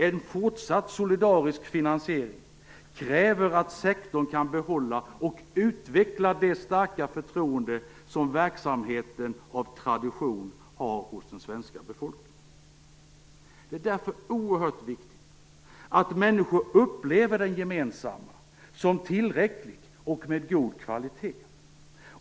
En fortsatt solidarisk finansiering kräver att sektorn kan behålla och utveckla det starka förtroende som verksamheten av tradition har hos den svenska befolkningen. Det är därför oerhört viktigt att människor upplever den gemensamma sektorn som tillräcklig och att den har god kvalitet.